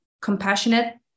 compassionate